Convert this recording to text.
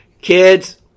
Kids